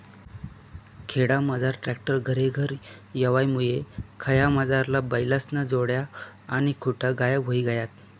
खेडामझार ट्रॅक्टर घरेघर येवामुये खयामझारला बैलेस्न्या जोड्या आणि खुटा गायब व्हयी गयात